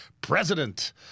president